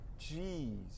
Jeez